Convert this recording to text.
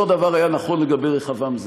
אותו דבר נכון לגבי רחבעם זאבי.